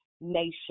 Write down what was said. nation